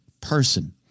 person